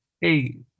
Hey